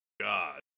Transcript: god